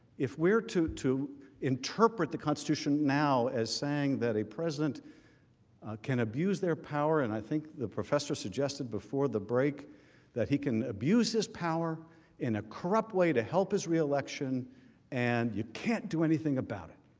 if we are to to interpret the constitution now as saying that a president can abuse their power and i think the professor suggested before the break that he can abuse his power in a corrupt way to help his reelection and you can't do anything about it.